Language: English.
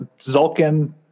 Zulkin